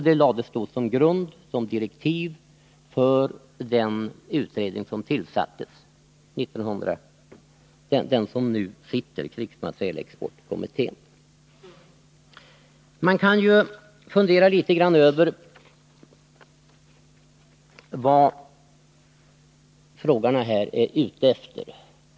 Detta blev då direktiv för den utredning som nu sitter, krigsmaterielexportkommittén. Man kan ju fundera litet över vad frågarna är ute efter.